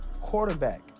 quarterback